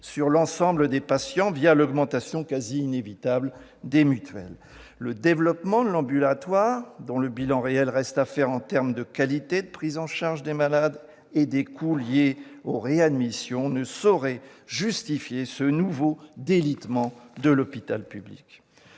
sur l'ensemble des patients, l'augmentation quasi inévitable des « mutuelles ». Le développement de l'ambulatoire, dont le bilan réel reste à faire en termes de qualité de prise en charge des malades et des coûts liés aux réadmissions, ne saurait justifier ce nouveau « délitement » de l'hôpital public